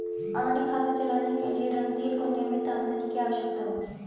RD खाता चलाने के लिए रणधीर को नियमित आमदनी की आवश्यकता होगी